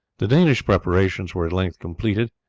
the danish preparations were at length completed,